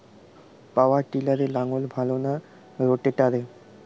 পাওয়ার টিলারে লাঙ্গল ভালো না রোটারের?